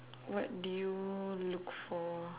what do you look for